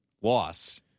loss